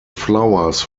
flowers